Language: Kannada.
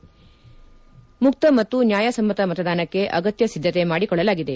ನಾಳೆ ಮುಕ್ತ ಮತ್ತು ನ್ಯಾಯ ಸಮ್ನತ ಮತದಾನಕ್ಷೆ ಅಗತ್ಯ ಸಿದ್ದತೆ ಮಾಡಿಕೊಳ್ಳಲಾಗಿದೆ